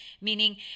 meaning